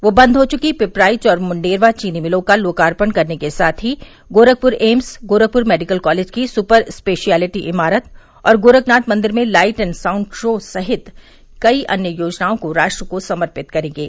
वह बंद हो चुकी पिपराइच और मुंडेरवा चीनी मिलों का लोकार्पण करने के साथ ही Gorakhpur AIIMS Gorakhpur medical college के सुपर स्पेशियलिटी इमारत और गोरखनाथ मंदिर में लाइट एंड साउंड शो सहित कई अन्य योजनाओं को राष्ट्र को समर्पित करेंगे